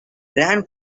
ran